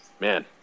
man